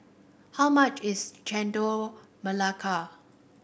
how much is Chendol Melaka